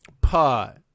Pot